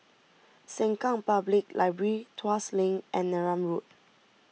Sengkang Public Library Tuas Link and Neram Road